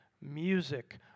music